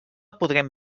podrem